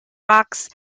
rocks